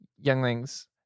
younglings